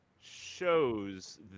shows